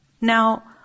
Now